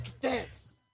dance